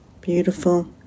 beautiful